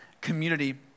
community